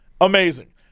Amazing